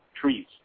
trees